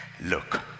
Look